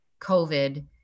COVID